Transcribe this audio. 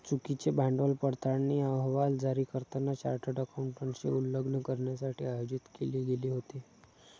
चुकीचे भांडवल पडताळणी अहवाल जारी करताना चार्टर्ड अकाउंटंटचे उल्लंघन करण्यासाठी आयोजित केले गेले होते